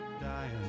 dying